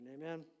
Amen